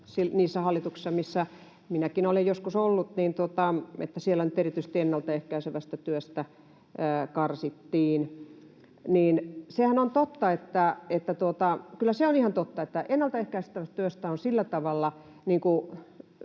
niissä hallituksissa, missä minäkin olen joskus ollut, nyt erityisesti ennaltaehkäisevästä työstä karsittiin. Kyllä se on ihan totta, että ennaltaehkäisevää työtä ei pysty